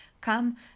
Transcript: come